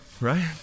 Right